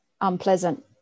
unpleasant